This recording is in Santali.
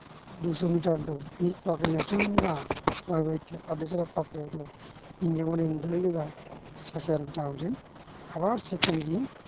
ᱫᱩᱥᱳ ᱢᱤᱴᱟᱨ ᱫᱟᱹᱲ ᱢᱤᱫ ᱯᱟᱸᱠ ᱤᱧ ᱟᱹᱪᱩᱨᱱᱟ ᱵᱟᱹᱭ ᱵᱟᱹᱭᱛᱮ ᱟᱨ ᱫᱚᱥᱨᱟ ᱯᱟᱠ ᱨᱮᱫᱚ ᱤᱧ ᱡᱮᱢᱚᱱᱤᱧ ᱫᱟᱹᱲ ᱠᱮᱫᱟ ᱥᱮᱠᱮᱢᱰ ᱨᱟᱣᱩᱱᱰ ᱨᱤᱧ ᱟᱵᱟᱨ ᱥᱮᱠᱮᱱᱰ ᱜᱮᱧ